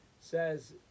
Says